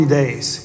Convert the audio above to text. days